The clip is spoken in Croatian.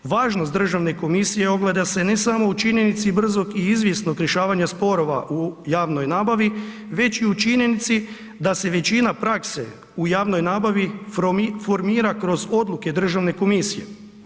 Važnost Državne komisije ogleda se ne samo u činjenici brzog i izvjesnog rješavanja sporova u javnoj nabavi, već i u činjenici da se većina prakse u javnoj nabavi formira kroz odluke Državne komisije.